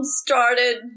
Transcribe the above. started